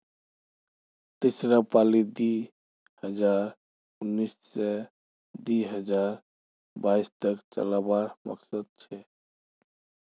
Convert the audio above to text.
तीसरा पालीत दी हजार उन्नीस से दी हजार बाईस तक चलावार मकसद छे